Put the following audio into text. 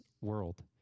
world